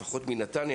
לפחות מנתניה,